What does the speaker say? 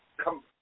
Come